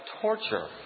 torture